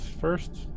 first